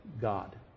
God